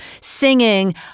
singing